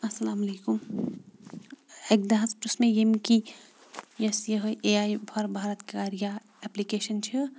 اَسَلامُ علیکُم اَکہِ دۄہ حظ پرُژھ مےٚ ییٚمۍ کی یۄس یِہٕے اے آی فار بھارت کاریا اٮ۪پلِکیشَن چھِ